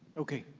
okay,